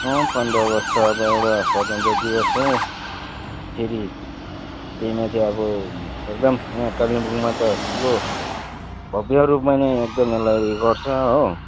अँ पन्ध्र अगस्त त अब एउटा स्वतन्त्र दिवस हो फेरि त्यही माथि अब एकदम यहाँ कालिम्पोङमा त ठुलो भव्य रूपमा नै एकदम यसलाई उयो गर्छ हो